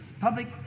public